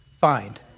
find